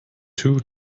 too